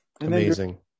Amazing